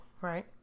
right